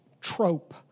trope